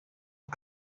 are